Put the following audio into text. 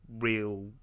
real